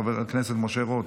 חבר הכנסת משה רוט,